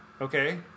okay